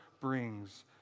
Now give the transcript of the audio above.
brings